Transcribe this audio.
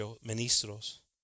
Ministros